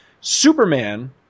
Superman